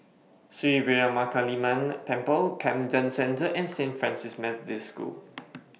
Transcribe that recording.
Sri Veeramakaliamman Temple Camden Centre and Saint Francis Methodist School